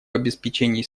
обеспечении